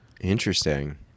interesting